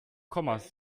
kommas